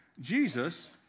Jesus